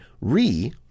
re